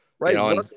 Right